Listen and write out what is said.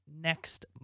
next